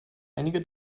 einige